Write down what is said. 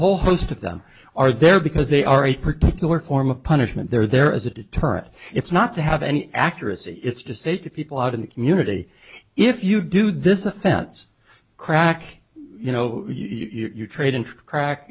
whole host of them are there because they are a particular form of punishment they're there as a deterrent it's not to have any accuracy it's to say to people out in the community if you do this offense crack you know you're trading track